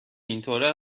اینطوره